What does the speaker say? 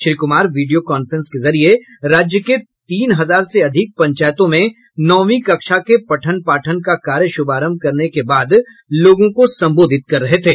Shri Kumar video conference के जरिये राज्य के तीन हजार से अधिक पंचायतों में नौवीं कक्षा के पठन पाठन का शुभारंभ करने के बाद लोगों को संबोधित कर रहे थे